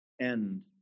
end